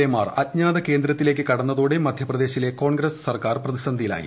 A മാർ അജ്ഞാത കേന്ദ്രത്തിലേക്ക് കടന്നതോടെ മധ്യപ്രദേശിലെ കോൺഗ്രസ്സ് സർക്കാർ പ്രതിസന്ധിയിലായി